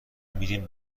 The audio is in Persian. میریم